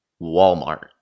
Walmart